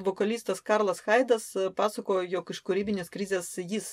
vokalistas karlas haidas pasakojo jog iš kūrybinės krizės jis